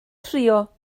trio